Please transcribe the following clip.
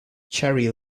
cherry